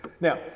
Now